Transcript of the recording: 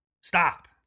stop